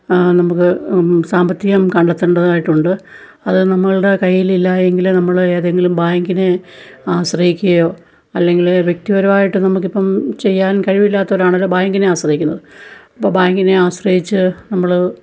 നമുക്ക് സാമ്പത്തികം കണ്ടെത്തണ്ടതായിട്ടുണ്ട് അത് നമ്മളുടെ കയ്യിലില്ലായെങ്കില് നമ്മള് ഏതെങ്കിലും ബാങ്കിനെ ആശ്രയിക്കുകയോ അല്ലെങ്കില്വ്യക്തി പരമായിട്ട് നമക്കിപ്പോള് ചെയ്യാൻ കഴിവില്ലാത്തവരാണേല് ബാങ്കിനെ ആശ്രയിക്കുന്നത് അപ്പോള് ബാങ്കിനെ ആശ്രയിച്ച് നമ്മള്